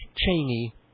Cheney